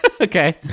Okay